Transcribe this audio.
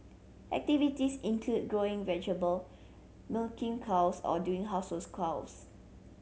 activities include growing vegetable milking cows or doing household clause